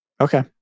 Okay